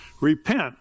Repent